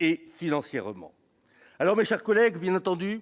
et financièrement alors, mes chers collègues, bien entendu,